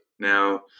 Now